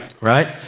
right